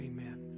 Amen